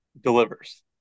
Delivers